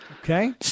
okay